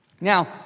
Now